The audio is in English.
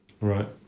Right